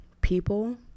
People